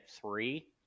three